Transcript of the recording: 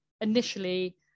initially